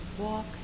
walk